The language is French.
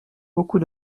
beaucoup